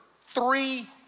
three